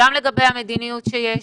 גם לגבי המדיניות שיש,